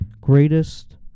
greatest